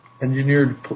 Engineered